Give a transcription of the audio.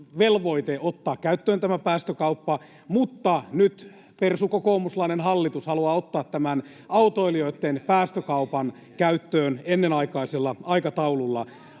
velvoite ottaa käyttöön tämä päästökauppa, mutta nyt persu-kokoomushallitus haluaa ottaa tämän autoilijoitten päästökaupan käyttöön ennenaikaisella aikataululla.